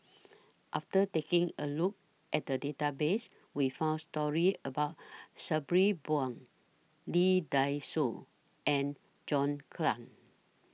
after taking A Look At The Database We found stories about Sabri Buang Lee Dai Soh and John Clang